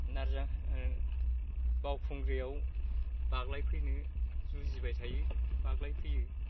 नारज्रां बावखुंग्रियाव बाग्लायफैनो जुजिबाय थायो बाग्लाय फैयो